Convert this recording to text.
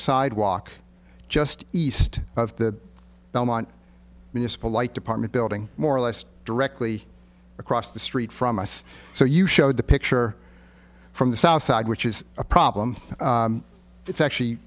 sidewalk just east of the belmont municipal light department building more or less directly across the street from us so you showed the picture from the south side which is a problem it's actually